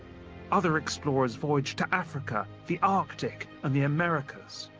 other explorers voyaged to africa, the arctic and the americas.